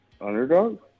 Underdog